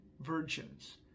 virgins